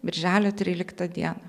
birželio tryliktą dieną